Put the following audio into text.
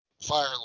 Fire